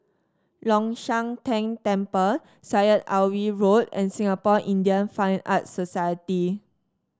Long Shan Tang Temple Syed Alwi Road and Singapore Indian Fine Arts Society